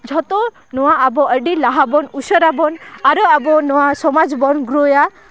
ᱡᱷᱚᱛᱚ ᱱᱚᱣᱟ ᱟᱹᱰᱤ ᱞᱟᱦᱟᱵᱚᱱ ᱩᱥᱟᱹᱨᱟᱵᱚᱱ ᱟᱨᱚ ᱟᱵᱚ ᱱᱚᱣᱟ ᱥᱚᱢᱟᱡᱽ ᱵᱚᱱ ᱜᱨᱳᱭᱟ